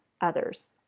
others